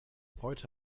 heute